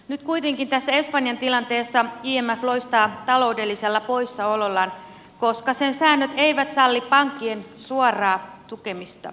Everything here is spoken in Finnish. nyt kuitenkin tässä espanjan tilanteessa imf loistaa taloudellisella poissaolollaan koska sen säännöt eivät salli pankkien suoraa tukemista